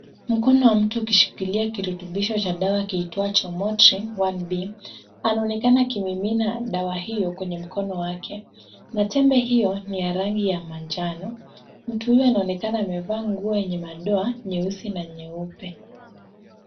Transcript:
Mkono wa mtu ukishikilia kirutubisho cha dawa kiitwacho Motrin 1B. Anaonekana akimimina dawa hiyo kwenye mkono wake na tembe hiyo ni ya rangi ya manjano. Mtu huyu anaonekana amevaa nguo yenye madoa nyeusi na nyeupe.